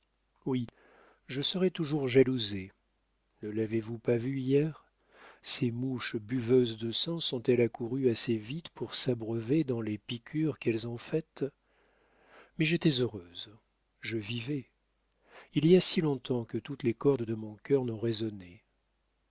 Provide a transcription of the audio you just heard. oui je serai toujours jalousée ne l'avez-vous pas vu hier ces mouches buveuses de sang sont-elles accourues assez vite pour s'abreuver dans les piqûres qu'elles ont faites mais j'étais heureuse je vivais il y a si long-temps que toutes les cordes de mon cœur n'ont résonné